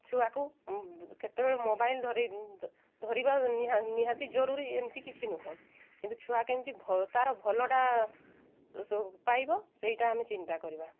ଛୁଆକୁ କେତେବେଳେ ମୋବାଇଲ୍ ଧରି ଧରିବା ନିହାତି ଜରୁରୀ ଏମିତି କିଛି ନୁହଁ କିନ୍ତୁ ଛୁଆ କେମିତି ତା'ର ଭଲଟା ପାଇବ ସେଇଟା ଆମେ ଚିନ୍ତା କରିବା